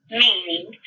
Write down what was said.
meaning